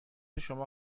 شما